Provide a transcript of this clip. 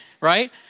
right